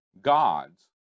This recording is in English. gods